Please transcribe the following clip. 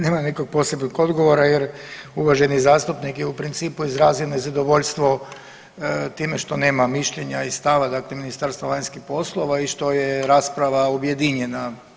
Nema nekog posebnog odgovora jer uvaženi zastupnik je u principu izrazio nezadovoljstvo time što nema mišljenja i stava dakle Ministarstva vanjskih poslova i što je rasprava objedinjena.